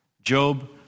Job